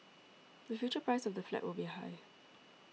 the future price of the flat will be high